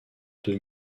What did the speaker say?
deux